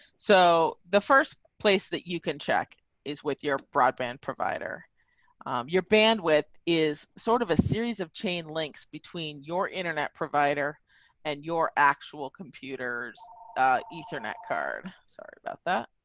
so the first place that you can check is with your broadband provider your bandwidth is sort of a series of chain links between your internet provider and your actual computers ethernet card. sorry about that.